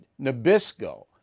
Nabisco